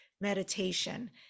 meditation